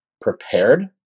prepared